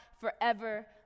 forever